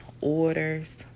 orders